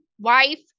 wife